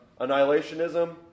annihilationism